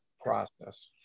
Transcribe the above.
process